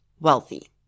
wealthy